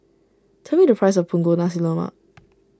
tell me the price of Punggol Nasi Lemak